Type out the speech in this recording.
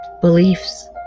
beliefs